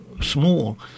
small